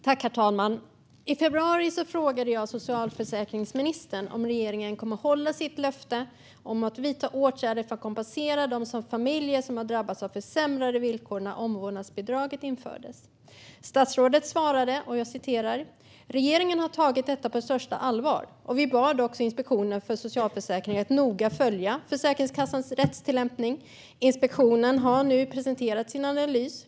Herr talman! I februari frågade jag socialförsäkringsministern om regeringen kommer att hålla sitt löfte om att vidta åtgärder för att kompensera de familjer som drabbades av försämrade villkor när omvårdnadsbidraget infördes. Statsrådet svarade: Regeringen har tagit detta på största allvar, och vi bad också Inspektionen för socialförsäkringen att noga följa Försäkringskassans rättstillämpning. Inspektionen har nu presenterat sin analys.